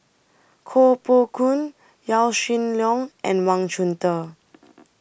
Koh Poh Koon Yaw Shin Leong and Wang Chunde